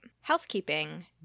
Housekeeping